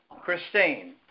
Christine